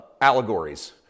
allegories